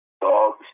dogs